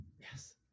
Yes